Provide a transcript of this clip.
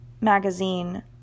magazine